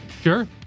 Sure